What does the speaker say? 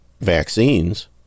vaccines